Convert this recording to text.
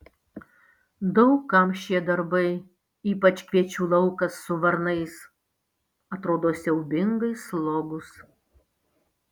daug kam šie darbai ypač kviečių laukas su varnais atrodo siaubingai slogūs